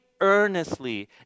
earnestly